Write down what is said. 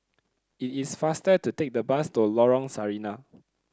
it is faster to take the bus to Lorong Sarina